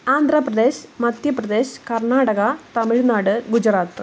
Andhra Pradesh Madhya Pradesh Karnataka Tamil Nadu Gujarat